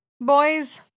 Boys